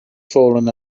falling